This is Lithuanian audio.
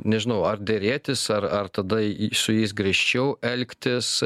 nežinau ar derėtis ar ar tada su jais griežčiau elgtis